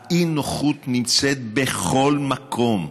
האי-נוחות נמצאת בכל מקום.